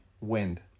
Wind